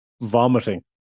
vomiting